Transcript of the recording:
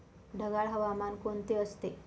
ढगाळ हवामान कोणते असते?